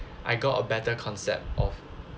I got a better concept of